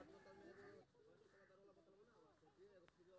हम अपन debit card के पिन के रीसेट केना करब?